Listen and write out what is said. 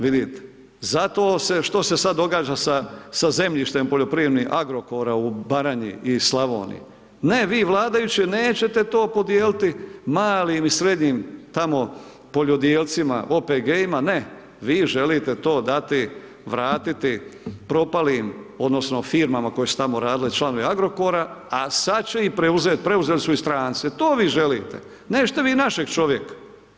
Vidite, zato se, što se sad događa sa, sa zemljištem poljoprivrednim Agrokora u Baranji i Slavoniji, ne, vi vladajući nećete to podijeliti malim i srednjim tamo poljodjelcima, OPG-ima, ne, vi želite to dati, vratiti propalim odnosno firmama koje su tamo radile, članovi Agrokora, a sad će ih preuzet, preuzeli su ih stranci, to vi želite, nećete vi našeg čovjeka.